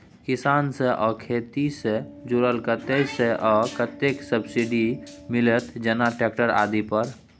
किसान से आ खेती से जुरल कतय से आ कतेक सबसिडी मिलत, जेना ट्रैक्टर आदि पर?